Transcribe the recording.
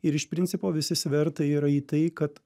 ir iš principo visi svertai yra į tai kad